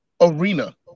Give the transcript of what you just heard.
arena